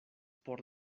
por